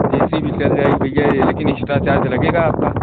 ए C भी चल जाएगी भईया ये लेकिन इक्स्ट्रा चार्ज लगेगा आपका